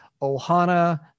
Ohana